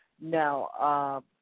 Now